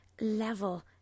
level